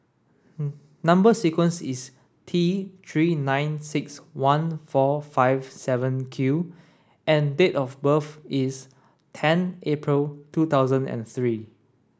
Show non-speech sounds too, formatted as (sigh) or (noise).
(unintelligible) number sequence is T three nine six one four five seven Q and date of birth is ten April two thousand and three